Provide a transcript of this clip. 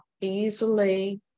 easily